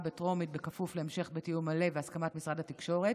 בטרומית בכפוף להמשך בתיאום מלא והסכמת משרד התקשורת,